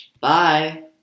Bye